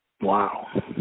Wow